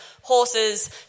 horses